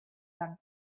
von